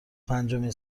پنجمین